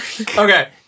Okay